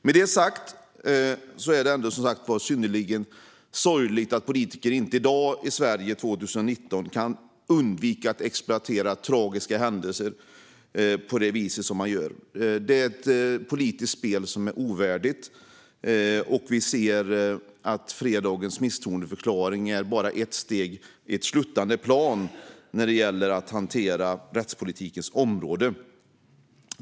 Med det sagt är det som sagt synnerligen sorgligt att politiker i Sverige i dag, 2019, inte kan undvika att exploatera tragiska händelser på det vis man gör. Det är ett politiskt spel som är ovärdigt, och vi ser fredagens misstroendeomröstning som bara ett steg på ett sluttande plan när det gäller hanteringen av rättspolitikens område.